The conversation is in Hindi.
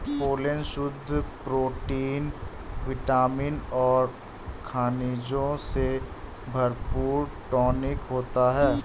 पोलेन शुद्ध प्रोटीन विटामिन और खनिजों से भरपूर टॉनिक होता है